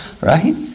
Right